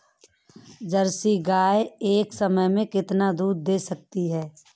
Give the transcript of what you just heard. Jersey गाय एक समय में कितना दूध दे सकती है?